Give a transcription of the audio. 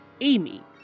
amy